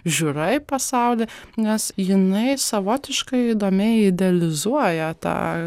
žiūra į pasaulį nes jinai savotiškai įdomiai idealizuoja tą